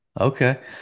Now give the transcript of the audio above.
Okay